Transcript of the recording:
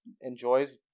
enjoys